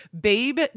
Babe